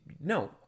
No